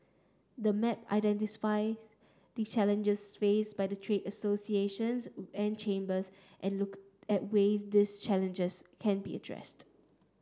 the map identifies the challenges face by trade associations and chambers and look at ways these challenges can be addressed